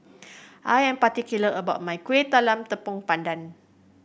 I am particular about my Kuih Talam Tepong Pandan